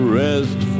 rest